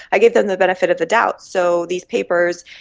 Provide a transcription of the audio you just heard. i gave them the benefit of the doubt. so these papers,